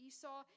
Esau